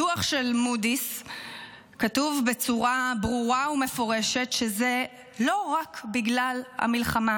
בדוח של מודי'ס כתוב בצורה ברורה ומפורשת שזה לא רק בגלל המלחמה,